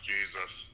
Jesus